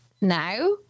now